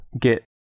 get